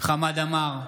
חמד עמאר,